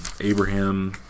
Abraham